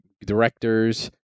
directors